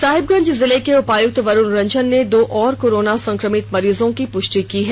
साहिबगंज जिले के उपायुक्त वरुण रंजन ने दो और कोरोना संक्रमित मरीजों की पुष्टि की है